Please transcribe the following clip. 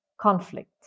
conflict